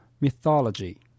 mythology